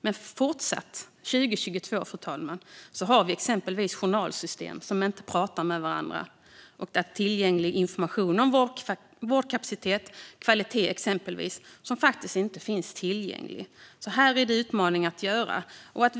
Men fortfarande 2022 finns exempelvis journalsystem som inte pratar med varandra. Information om vårdkapacitet och kvalitet finns inte tillgänglig, och här finns det alltså utmaningar.